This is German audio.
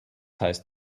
heißt